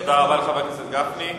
תודה רבה לחבר הכנסת גפני.